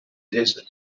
desert